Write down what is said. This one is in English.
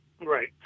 Right